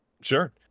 Sure